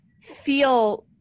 feel